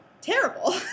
terrible